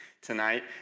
tonight